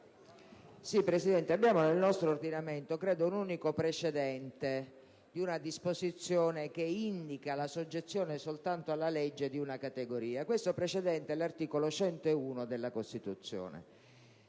Presidente, abbiamo nel nostro ordinamento - credo - un unico precedente di una disposizione che indica la soggezione di una categoria soltanto alla legge. Questo precedente è l'articolo 101 della Costituzione,